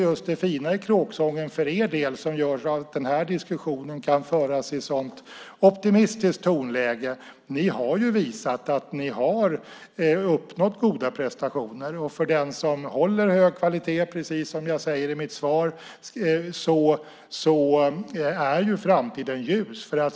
Det fina i kråksången för er del, som gör att den här diskussionen kan föras i ett sådant optimistiskt tonläge, är att ni har visat att ni har uppnått goda prestationer. För den som håller hög kvalitet, precis som jag sade i mitt svar, är framtiden ljus.